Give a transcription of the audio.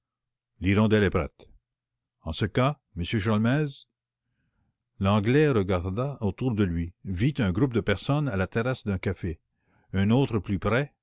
prête en ce cas monsieur sholmès l'anglais regarda autour de lui vit un groupe de personnes à la terrasse d'un café un autre plus près